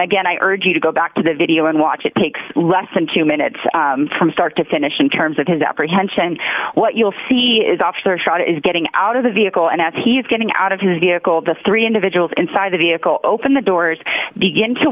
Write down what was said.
again i urge you to go back to the video and watch it takes less than two minutes from start to finish in terms of his apprehension what you'll see is officer shot is getting out of the vehicle and as he's getting out of his vehicle the three individuals inside the vehicle open the doors begin to